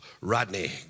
Rodney